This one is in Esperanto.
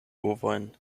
ovojn